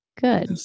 Good